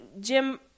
Jim